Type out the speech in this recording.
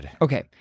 Okay